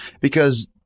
because-